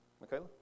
Michaela